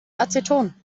aceton